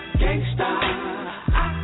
gangsta